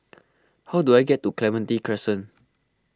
how do I get to Clementi Crescent